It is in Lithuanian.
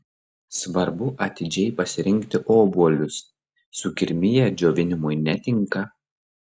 svarbu atidžiai pasirinkti obuolius sukirmiję džiovinimui netinka